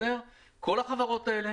כל החברות האלה,